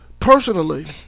personally